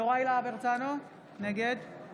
נגד יוראי להב הרצנו, נגד